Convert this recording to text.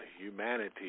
humanity